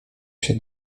się